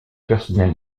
personnels